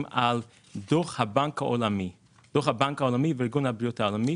על דוח הבנק העולמי וארגון הבריאות העולמי.